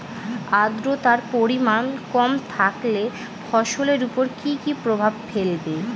আদ্রর্তার পরিমান কম থাকলে ফসলের উপর কি কি প্রভাব ফেলবে?